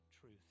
truth